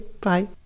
Bye